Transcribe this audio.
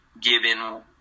given